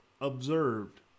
observed